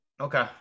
okay